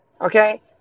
okay